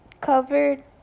covered